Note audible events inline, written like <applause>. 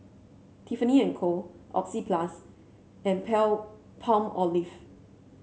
Tiffany And Co Oxyplus and <unintelligible> Palmolive